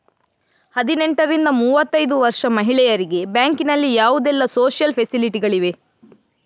ಹದಿನೆಂಟರಿಂದ ಮೂವತ್ತೈದು ವರ್ಷ ಮಹಿಳೆಯರಿಗೆ ಬ್ಯಾಂಕಿನಲ್ಲಿ ಯಾವುದೆಲ್ಲ ಸೋಶಿಯಲ್ ಫೆಸಿಲಿಟಿ ಗಳಿವೆ?